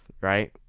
Right